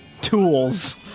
tools